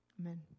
Amen